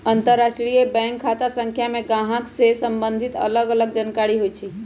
अंतरराष्ट्रीय बैंक खता संख्या में गाहक से सम्बंधित अलग अलग जानकारि होइ छइ